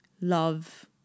love